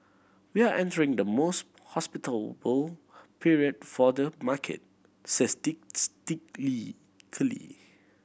we are entering the most hospitable period for the market